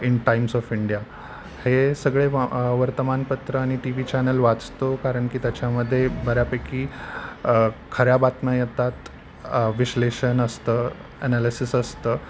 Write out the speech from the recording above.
in Times of India हे सगळे व वर्तमानपत्र आणि टी व्ही चॅनल वाचतो कारण की त्याच्यामध्ये बऱ्यापैकी खऱ्या बातम्या येतात विश्लेषण असतं अनालिसिस असतं